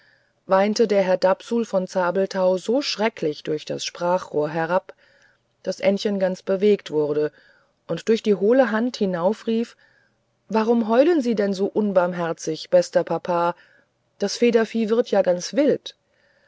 weinte der herr dapsul von zabelthau so erschrecklich durch das sprachrohr herab daß ännchen ganz bewegt wurde und durch die hohle hand hinauf rief warum heulen sie denn so unbarmherzig bester papa das federvieh wird ja ganz wild